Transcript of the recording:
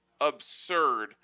absurd